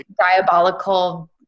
diabolical